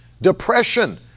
depression